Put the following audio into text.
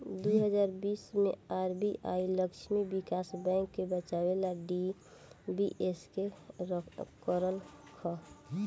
दू हज़ार बीस मे आर.बी.आई लक्ष्मी विकास बैंक के बचावे ला डी.बी.एस.के करलख